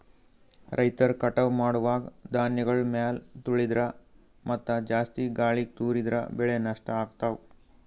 ರೈತರ್ ಕಟಾವ್ ಮಾಡುವಾಗ್ ಧಾನ್ಯಗಳ್ ಮ್ಯಾಲ್ ತುಳಿದ್ರ ಮತ್ತಾ ಜಾಸ್ತಿ ಗಾಳಿಗ್ ತೂರಿದ್ರ ಬೆಳೆ ನಷ್ಟ್ ಆಗ್ತವಾ